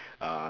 uh